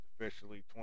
officially